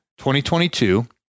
2022